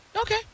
Okay